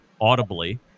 audibly